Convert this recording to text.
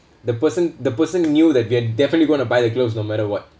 the person the person knew that we're definitely going to buy the gloves no matter what